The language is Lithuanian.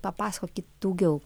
papasakokit daugiau